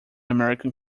american